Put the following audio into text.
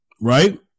Right